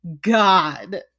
God